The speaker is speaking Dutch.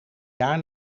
jaar